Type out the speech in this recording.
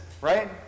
right